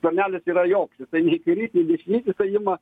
skvernelis yra joks jisai nei kairys nei dešinys jisai ima